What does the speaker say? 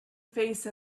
face